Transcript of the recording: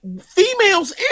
females